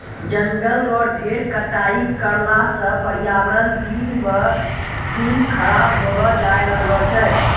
जंगल रो ढेर कटाई करला सॅ पर्यावरण दिन ब दिन खराब होलो जाय रहलो छै